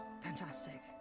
fantastic